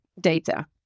data